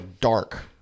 dark